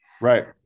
Right